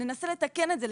ננסה לתקן את זה,